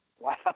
Wow